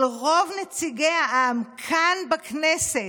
של רוב נציגי העם כאן בכנסת,